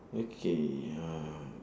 okay uh